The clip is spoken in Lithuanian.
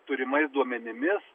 turimais duomenimis